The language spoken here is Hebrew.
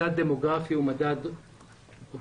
מדד דמוגרפי הוא מדד אובייקטיבי.